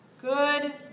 Good